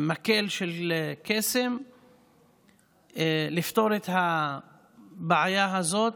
במקל של קסם לפתור את הבעיה הזאת,